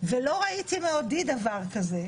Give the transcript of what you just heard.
ולא ראיתי מעודי דבר כזה,